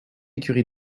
écurie